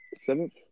seventh